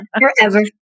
Forever